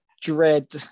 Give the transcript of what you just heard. dread